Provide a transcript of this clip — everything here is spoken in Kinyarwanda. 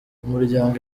umuryango